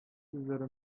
сүзләрем